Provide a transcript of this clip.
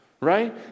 right